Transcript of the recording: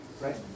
Right